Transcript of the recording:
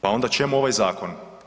Pa onda čemu ovaj zakon?